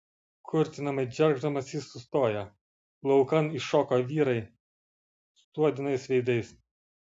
kurtinamai džergždamas jis sustoja laukan iššoka vyrai suodinais veidais